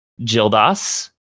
Jildas